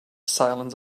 silence